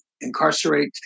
incarcerate